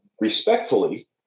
respectfully